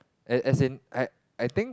as as in I I think